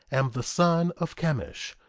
am the son of chemish.